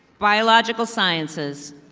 biological sciences.